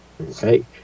Okay